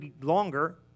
longer